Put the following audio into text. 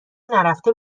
نرفته